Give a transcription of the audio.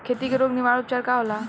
खेती के रोग निवारण उपचार का होला?